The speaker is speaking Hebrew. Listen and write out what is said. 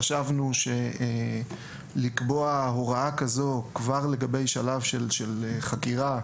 חשבנו שקביעת הוראה כזו כבר לגבי שלב של חקירה,